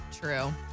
True